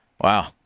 wow